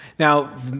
Now